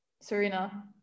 Serena